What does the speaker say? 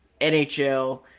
NHL